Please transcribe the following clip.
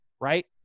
right